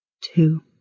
two